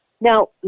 Now